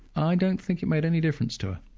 i don't think it made any difference to her.